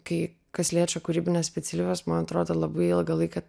kai kas liečia kūrybines specialybes man atrodė labai ilgą laiką